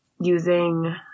using